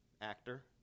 actor